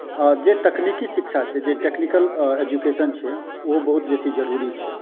जे तकनीकी शिक्षा छै जे टेक्निकल एजुकेशन छै ओ बहुत बेसी जरुरी छै